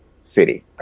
city